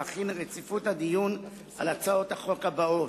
להחיל רציפות הדיון על הצעות החוק הבאות.